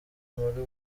muri